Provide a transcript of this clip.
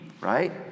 right